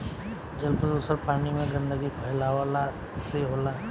जल प्रदुषण पानी में गन्दगी फैलावला से होला